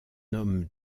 homme